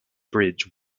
bridge